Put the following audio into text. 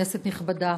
כנסת נכבדה,